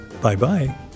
Bye-bye